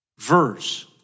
verse